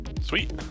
sweet